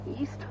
east